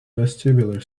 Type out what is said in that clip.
vestibular